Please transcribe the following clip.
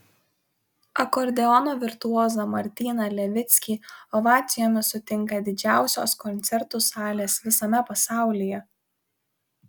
akordeono virtuozą martyną levickį ovacijomis sutinka didžiausios koncertų salės visame pasaulyje